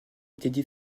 étaient